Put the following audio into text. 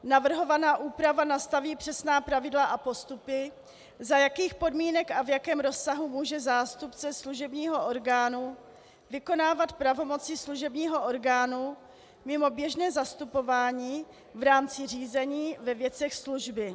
Navrhovaná úprava nastaví přesná pravidla a postupy, za jakých podmínek a v jakém rozsahu může zástupce služebního orgánu vykonávat pravomoci služebního orgánu mimo běžné zastupování v rámci řízení ve věcech služby.